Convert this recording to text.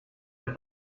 der